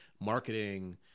marketing